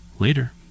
Later